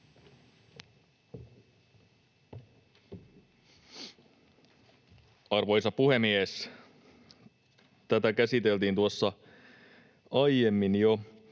Arvoisa puhemies! Tätä käsiteltiin tuossa aiemmin jo,